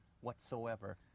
whatsoever